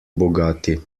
bogati